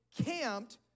camped